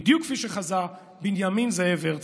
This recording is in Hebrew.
בדיוק כפי שחזה בנימין זאב הרצל.